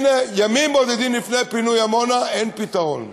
הנה, ימים בודדים לפני פינוי עמונה, אין פתרון.